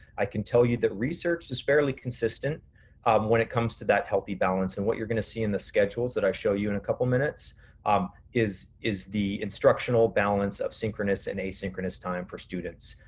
i can tell you that research is fairly consistent when it comes to that healthy balance and what you're gonna see in the schedules that i show you in a couple of minutes um is is the instructional balance of synchronous and asynchronous time for students.